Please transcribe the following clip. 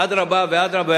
אדרבה ואדרבה,